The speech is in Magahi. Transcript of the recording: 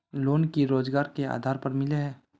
लोन की रोजगार के आधार पर मिले है?